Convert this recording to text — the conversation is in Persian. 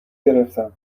گرفتم